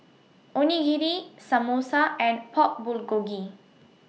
Onigiri Samosa and Pork Bulgogi